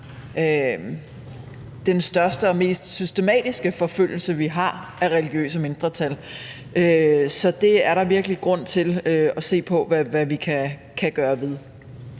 den største og mest systematiske forfølgelse, vi har, af religiøse mindretal. Så det er der virkelig grund til at se på hvad vi kan gøre ved.